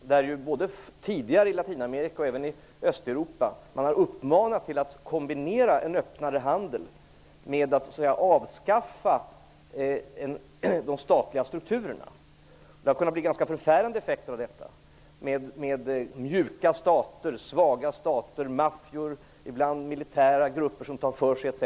Man har tidigare både i Latinamerika och i Östeuropa uppmanat till att kombinera en öppnare handel med att avskaffa de statliga strukturerna. Det har kunnat bli ganska förfärande effekter av detta med mjuka svaga stater, maffior, militära grupper som tar för sig etc.